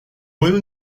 juego